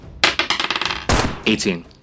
18